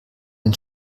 den